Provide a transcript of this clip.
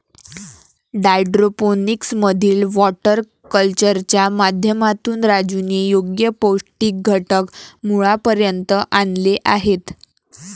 hydroponics मधील water कल्चरच्या माध्यमातून राजूने योग्य पौष्टिक घटक मुळापर्यंत आणले आहेत